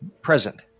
present